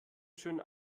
schön